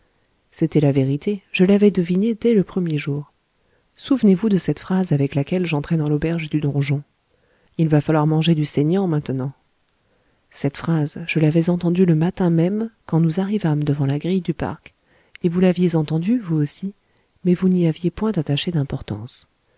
c'était la vérité je l'avais devinée dès le premier jour souvenez-vous de cette phrase avec laquelle j'entrai dans l'auberge du donjon il va falloir manger du saignant maintenant cette phrase je l'avais entendue le matin même quand nous arrivâmes devant la grille du parc et vous l'aviez entendue vous aussi mais vous n'y aviez point attaché d'importance